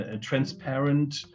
transparent